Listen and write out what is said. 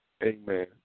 Amen